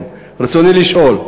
ברצוני לשאול: